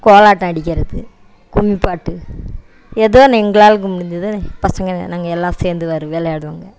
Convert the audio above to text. கோலாட்டம் அடிக்கிறது கும்மிப்பாட்டு எதோன் எங்களாலுக்கு முடிஞ்சது பசங்களை நாங்கள் எல்லாம் சேர்ந்து ஒரு விளையாடுவோங்க